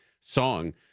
song